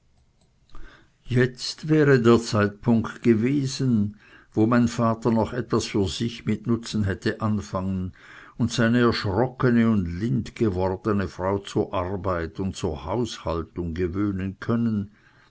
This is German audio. jetzt wäre der zeitpunkt dagewesen wo mein vater noch etwas für sich mit nutzen hätte anfangen und seine erschrockene und lind gewordene frau zur arbeit und zur haushaltung gewöhnen können